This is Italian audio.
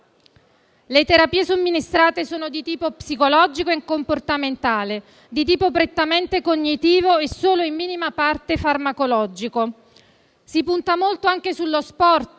Le terapie somministrate sono di tipo psicologico e comportamentale, di tipo prettamente cognitivo, e solo in minima parte farmacologico. Si punta molto anche sullo sport,